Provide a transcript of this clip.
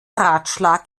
ratschlag